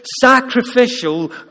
Sacrificial